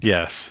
Yes